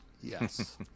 Yes